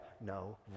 no